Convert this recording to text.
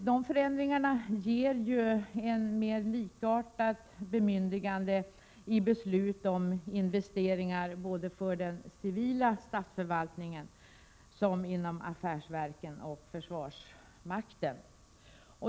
Dessa förändringar ger ett mer likartat bemyndigande i beslut om investeringar såväl inom den civila statsförvaltningen som inom affärsverken och försvarsmakten.